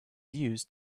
used